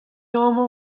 amañ